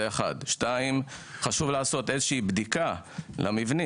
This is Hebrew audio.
דבר שני, חשוב לעשות איזושהי בדיקה למבנים.